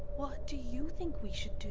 what do you think we should do?